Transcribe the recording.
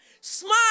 smile